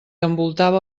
envoltava